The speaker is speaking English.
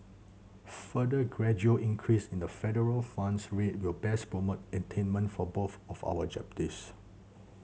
further gradual increase in the federal funds rate will best promote attainment for both of our objectives